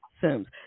Sims